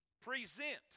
Present